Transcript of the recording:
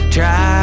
Try